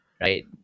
Right